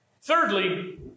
Thirdly